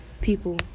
people